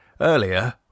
Earlier